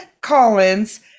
Collins